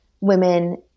women